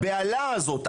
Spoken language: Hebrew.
הבהלה הזאת,